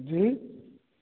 जी